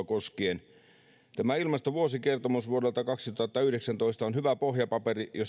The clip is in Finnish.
koskien ilmastoa tämä ilmastovuosikertomus vuodelta kaksituhattayhdeksäntoista on hyvä pohjapaperi